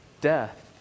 Death